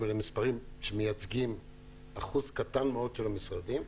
אבל אלה מספרים שמייצגים אחוז קטן מאוד של המשרדים.